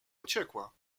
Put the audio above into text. uciekła